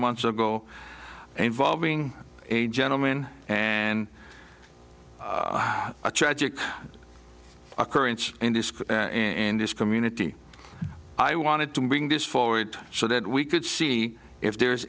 months ago involving a gentleman and a tragic occurrence in this in this community i wanted to bring this forward so that we could see if there's